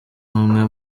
umwe